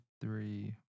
three